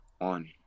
on